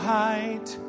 height